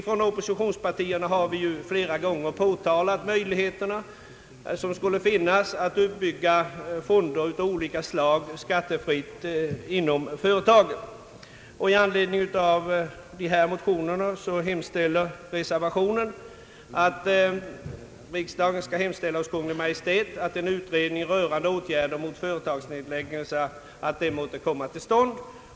Från oppositionspartierna har flera gånger pekats på de möjligheter som skulle finnas att bygga upp fonder av olika slag skattefritt inom företagen. Med anledning av dessa motioner hemställer reservanterna, som jag nyss sade, att riksdagen hos Kungl. Maj:t begär att en utredning rörande åtgärder mot företagsnedläggningar kommer till stånd.